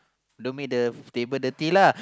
don't make the table dirty lah